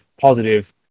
positive